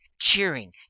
cheering